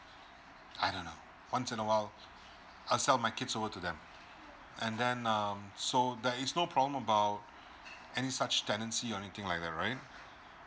I don't know once in a while I'll send over my kids to them and then um so that is no problem about any such tenancy or anything like that right